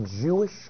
Jewish